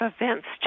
events